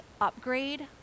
upgrade